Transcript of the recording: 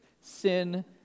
sin